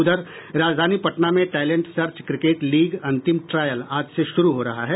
उधर राजधानी पटना में टैलेंट सर्च क्रिकेट लीग अंतिम ट्रायल आज से शुरू हो रहा है